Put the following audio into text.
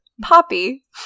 Poppy